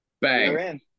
Bang